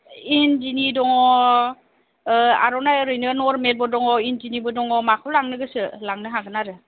इन्डिनि दङ आरनाइ ओरैनो नर्मेलबो दङ इन्डिनिबो दङ माखौ लांनो गोसो लांनो हागोन आरो